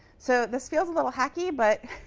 so this feels a little hacky, but